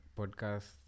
podcast